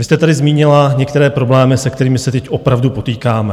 Vy jste tady zmínila některé problémy, se kterými se teď opravdu potýkáme.